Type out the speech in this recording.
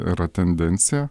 yra tendencija